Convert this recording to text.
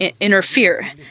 interfere